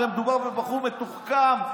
הרי מדובר בבחור מתוחכם,